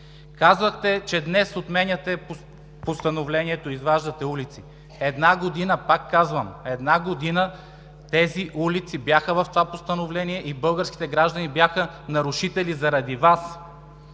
Казахте, че днес отменяте постановлението, изваждате улици. Една година, повтарям, една година тези улици бяха в това постановление и българските граждани бяха нарушители заради Вас!